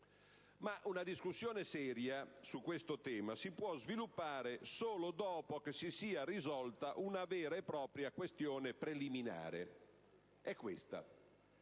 Una discussione seria su questo tema si può però sviluppare solo dopo che si sia risolta una vera e propria questione preliminare, che